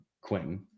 Quentin